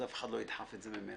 אז אף אחד לא ידחוף את זה ממילא.